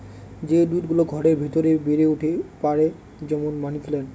যে উদ্ভিদ গুলো ঘরের ভেতরে বেড়ে উঠতে পারে, যেমন মানি প্লান্ট